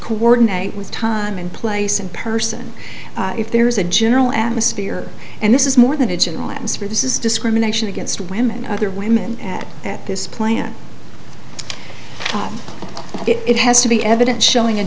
coordinate with time and place and person if there is a general atmosphere and this is more than a general atmosphere this is discrimination against women other women at at this plant stop it has to be evident showing a